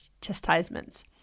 chastisements